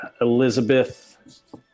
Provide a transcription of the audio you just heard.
Elizabeth